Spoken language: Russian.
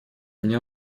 меня